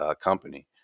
company